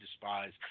despise